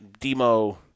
Demo